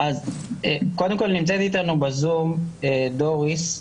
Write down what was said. קודם כל נמצאת איתנו בזום דוריס,